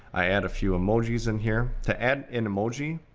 i add a few emojis in here. to add an emoji,